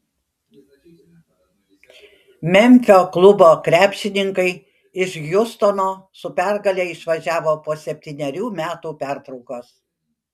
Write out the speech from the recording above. memfio klubo krepšininkai iš hjustono su pergale išvažiavo po septynerių metų pertraukos